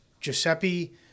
Giuseppe